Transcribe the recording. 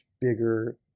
bigger